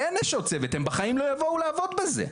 אין נשות צוות, הן בחיים לא יבואו לעבוד בזה.